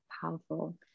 powerful